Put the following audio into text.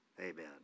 Amen